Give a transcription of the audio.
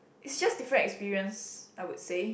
it's just different experience I would say